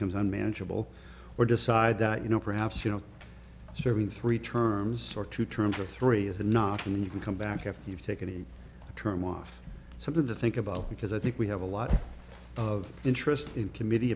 comes unmanageable or decide that you know perhaps you know serving three terms or two terms of three is a not really you can come back after you've taken the term off something to think about because i think we have a lot of interest in committee